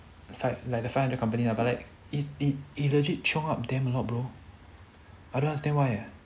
five like the five hundred company lah but like it it legit drop them damn a lot bro I don't understand why